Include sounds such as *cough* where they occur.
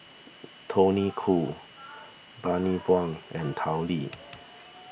*noise* Tony Khoo Bani Buang and Tao Li